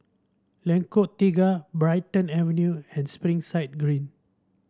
Lengkong Tiga Brighton Avenue and Springside Green